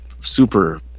super